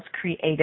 creative